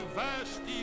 vast